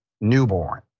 newborn